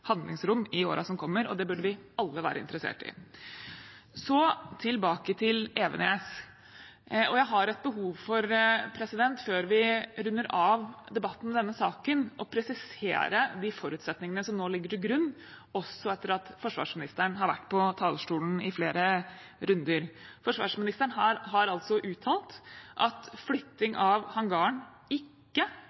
handlingsrom i årene som kommer, og det burde vi alle være interessert i. Så tilbake til Evenes. Jeg har et behov for, før vi runder av debatten i denne saken, å presisere de forutsetningene som nå ligger til grunn, også etter at forsvarsministeren har vært på talerstolen i flere runder. Forsvarsministeren har uttalt at flytting av hangaren ikke